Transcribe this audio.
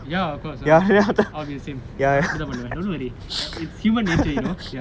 ya of course ah I'll be the same நானும் அப்படித்தான் பண்ணுவேன்:naanum appadithaan pannuvaen it's human nature you know